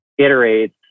iterates